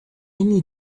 need